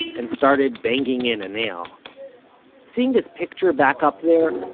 and started banging in a nail seeing his picture back up there,